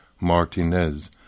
martinez